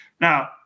Now